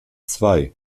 zwei